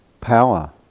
Power